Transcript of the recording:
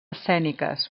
escèniques